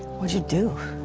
what'd you do?